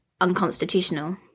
unconstitutional